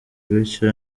bityo